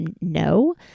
no